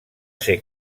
ser